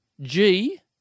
G-